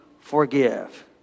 forgive